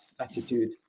attitude